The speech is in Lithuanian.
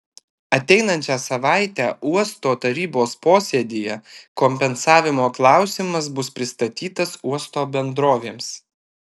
ateinančią savaitę uosto tarybos posėdyje kompensavimo klausimas bus pristatytas uosto bendrovėms